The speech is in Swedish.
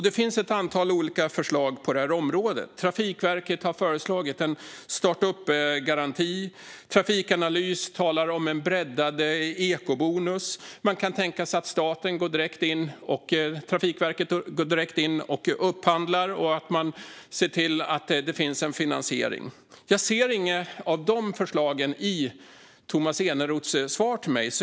Det finns ett antal förslag på området. Trafikverket har föreslagit en starta upp-garanti. Trafikanalys talar om en breddad ekobonus. Man kan tänka sig att staten eller Trafikverket går direkt in och gör en upphandling och ser till att det finns en finansiering. Jag ser inga sådana förslag i Tomas Eneroths svar till mig.